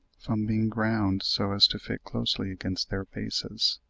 from being ground so as to fit closely against their bases.